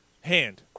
hand